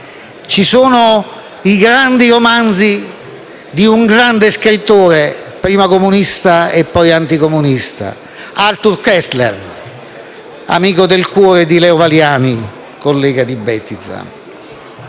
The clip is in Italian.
ci sono i grandi romanzi di un grande scrittore, prima comunista e poi anticomunista, Arthur Koestler, amico del cuore di Leo Valiani, collega di Bettiza.